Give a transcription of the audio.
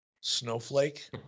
snowflake